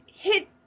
hit